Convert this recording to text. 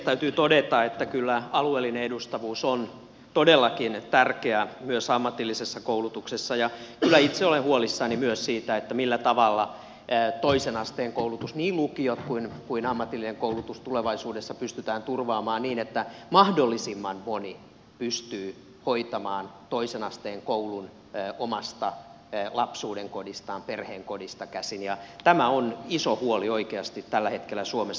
täytyy todeta että kyllä alueellinen edustavuus on todellakin tärkeää myös ammatillisessa koulutuksessa ja kyllä itse olen huolissani myös siitä millä tavalla toisen asteen koulutus niin lukiot kuin ammatillinen koulutus tulevaisuudessa pystytään turvaamaan niin että mahdollisimman moni pystyy hoitamaan toisen asteen koulun omasta lapsuudenkodistaan perheen kodista käsin ja tämä on iso huoli oikeasti tällä hetkellä suomessa